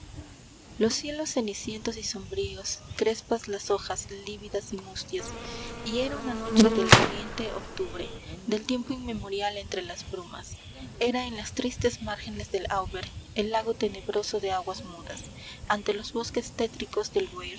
los cielos cenicientos y sombríos crespas las hojas lívidas y mustias y era una noche del doliente octubre del tiempo inmemorial entre las brumas era en las tristes márgenes del auber el lago tenebroso de aguas mudas ante los bosques tétricos del